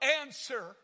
answer